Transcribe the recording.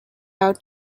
out